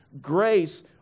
Grace